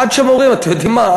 עד שהם אומרים: אתם יודעים מה?